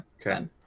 okay